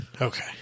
Okay